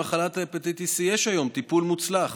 למחלת ההפטיטיס C יש היום טיפול מוצלח,